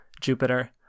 Jupiter